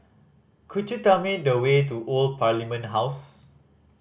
could you tell me the way to Old Parliament House